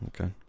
Okay